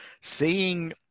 seeing